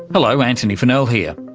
hello, antony funnell here.